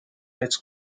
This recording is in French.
être